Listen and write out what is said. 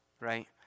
right